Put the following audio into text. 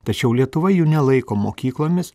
tačiau lietuva jų nelaiko mokyklomis